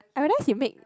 I realise you make